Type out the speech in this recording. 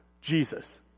Jesus